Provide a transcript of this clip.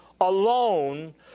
alone